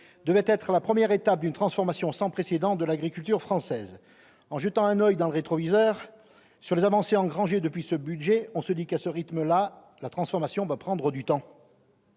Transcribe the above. devait être la « première étape d'une transformation sans précédent de l'agriculture française ». En jetant un oeil dans le rétroviseur sur les avancées engrangées depuis ce budget, on se dit que, à ce rythme-là, la transformation prendra du temps